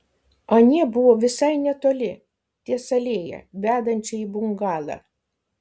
anie buvo visai netoli ties alėja vedančia į bungalą